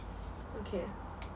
okay